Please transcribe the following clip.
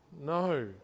No